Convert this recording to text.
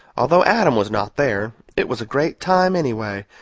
although adam was not there, it was a great time anyway,